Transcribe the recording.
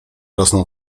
rosną